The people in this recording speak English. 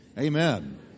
Amen